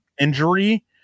injury